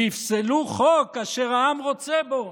ויפסלו חוק אשר העם רוצה בו.